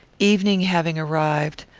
evening having arrived,